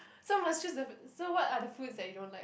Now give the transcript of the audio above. so must choose the f~ so what are the fruits that you don't like